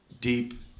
deep